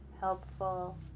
helpful